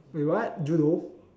wait what judo